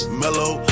mellow